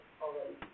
already